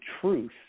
truth